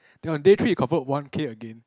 then on day three you convert one K again